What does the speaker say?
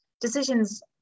decisions